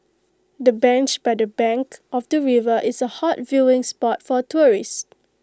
the bench by the bank of the river is A hot viewing spot for tourists